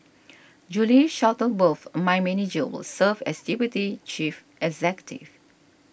Julie Shuttleworth a mine manager will serve as deputy chief executive